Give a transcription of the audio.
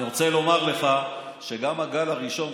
אני רוצה לומר לך שגם הגל הראשון,